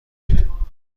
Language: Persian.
دهیم